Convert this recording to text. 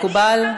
מקובל?